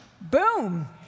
boom